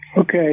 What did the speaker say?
Okay